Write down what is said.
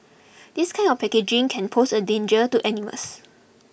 this kind of packaging can pose a danger to animals